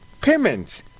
payments